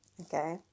Okay